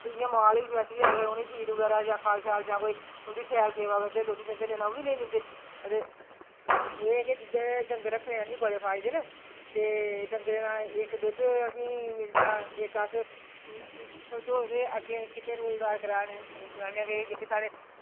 इंया माल बी स्पेशली उ'नेंगी फीड बगैरा खल जां कोई उंदी शैल सेवा करचै नेईं तां ओह्बी नेईं ते एह् ऐ कि दुद्धै दे डंगर रक्खनै दे असेंगी बड़े फायदे न ते डंगरें दा इक्क दुद्ध असेंगी मिलदा त इक्क अस समझो अ ग्गें किन्ने रोज़गार कराने की जेह्के साढ़े